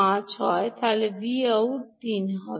5 হয় Vout 33 হবে